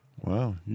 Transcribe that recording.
Wow